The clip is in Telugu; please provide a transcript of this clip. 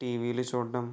టీవీలు చూడడం